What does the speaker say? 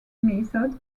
method